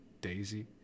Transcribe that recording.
Daisy